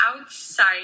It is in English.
outside